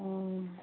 অঁ